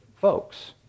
folks